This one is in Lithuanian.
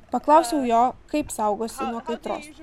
paklausiau jo kaip saugosi nuo kaitros